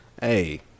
hey